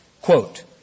Quote